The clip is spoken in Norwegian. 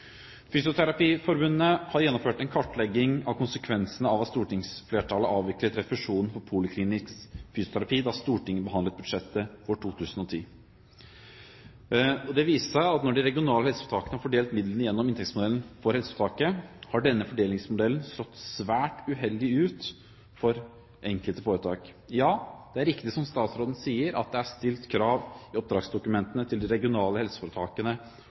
har gjennomført en kartlegging av konsekvensene av at stortingsflertallet avviklet refusjonen for poliklinisk fysioterapi da Stortinget behandlet budsjettet for 2010. Det viser seg at når de regionale helseforetakene har fordelt midlene gjennom inntektsmodellen for helseforetak, har denne fordelingsmodellen slått svært uheldig ut for enkelte foretak. Ja, det er riktig som statsråden sier, at det er stilt krav i oppdragsdokumentene til de regionale helseforetakene